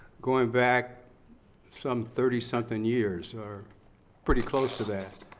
going back some thirty something years, or pretty close to that.